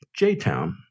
JTown